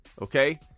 Okay